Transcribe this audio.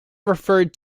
referred